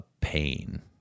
pain